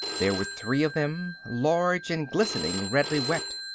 there were three of them, large and glistening redly wet.